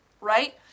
right